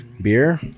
beer